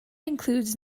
includes